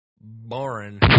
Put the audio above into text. boring